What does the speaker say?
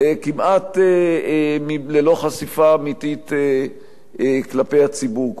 כמעט ללא חשיפה אמיתית כלפי הציבור כולו?